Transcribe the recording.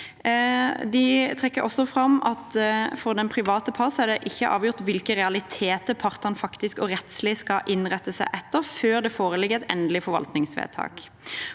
De trekker også fram at for den private part er det ikke avgjort hvilke realiteter partene faktisk og rettslig skal innrette seg etter før det foreligger et endelig forvaltningsvedtak.